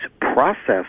processed